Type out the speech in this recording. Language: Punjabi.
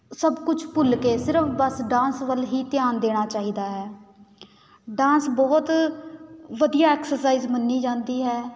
ਸਭ ਕੁਛ ਭੁੱਲ ਕੇ ਸਿਰਫ ਬਸ ਡਾਂਸ ਵੱਲ ਹੀ ਧਿਆਨ ਦੇਣਾ ਚਾਹੀਦਾ ਹੈ ਡਾਂਸ ਬਹੁਤ ਵਧੀਆ ਐਕਸਰਸਾਈਜ਼ ਮੰਨੀ ਜਾਂਦੀ ਹੈ